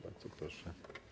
Bardzo proszę.